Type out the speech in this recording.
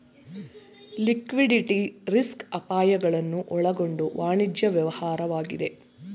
liquidity risk ಅಪಾಯಗಳನ್ನು ಒಳಗೊಂಡ ವಾಣಿಜ್ಯ ವ್ಯವಹಾರವಾಗಿದೆ